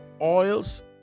oils